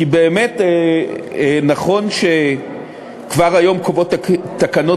כי באמת נכון שכבר היום קובעות תקנות